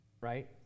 right